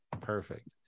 Perfect